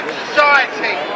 society